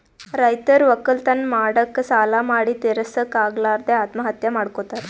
ರೈತರ್ ವಕ್ಕಲತನ್ ಮಾಡಕ್ಕ್ ಸಾಲಾ ಮಾಡಿ ತಿರಸಕ್ಕ್ ಆಗಲಾರದೆ ಆತ್ಮಹತ್ಯಾ ಮಾಡ್ಕೊತಾರ್